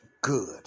good